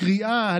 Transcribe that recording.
הקריאה,